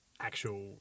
actual